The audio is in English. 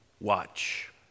watch